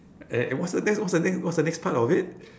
uh eh what's the that's what's the next what's the next part of it